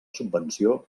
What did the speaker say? subvenció